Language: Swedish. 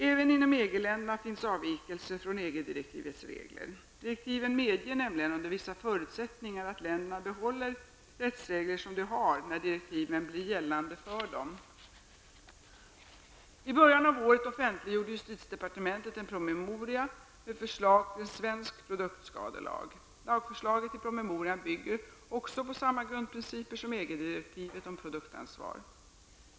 Även inom EG-länderna finns avvikelser från EG direktivets regler. Direktivet medger nämligen under vissa förutsättningar att länderna behåller rättsregler som de har när direktivet blir gällande för dem. I början av året offentliggjorde justitiedepartementet en promemoria. med förslag till en svensk produktskadelag. Lagförslaget i promemorian bygger också på samma grundprinciper som EG direktivet om produktansvar.